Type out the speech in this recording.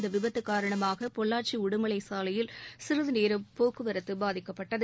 இந்த விபத்து காரணமாக பொள்ளாச்சி உடுமலை சாலையில் சிறிது நேரம் போக்குவரத்து பாதிக்கப்பட்டது